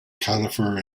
conifer